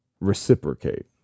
reciprocate